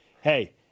hey